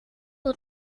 uhr